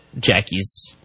Jackie's